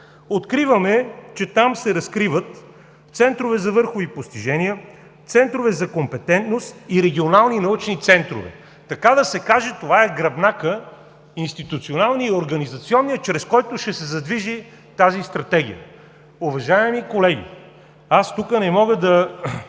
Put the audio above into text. откриваме, че там се разкриват центрове за върхови постижения, центрове за компетентност и регионални научни центрове. Така да се кажа, това е гръбнакът – институционалният и организационният, чрез който ще се задвижи тази Стратегия. Уважаеми колеги, тук не мога да